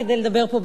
כדי לדבר פה,